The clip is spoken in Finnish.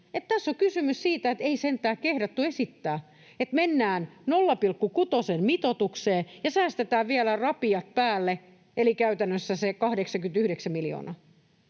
tässä on kysymys siitä, mitä ei sentään kehdattu esittää, että mennään 0,6:n mitoitukseen ja säästetään vielä rapiat päälle eli käytännössä se 89 miljoonaa.